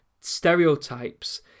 stereotypes